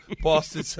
Boston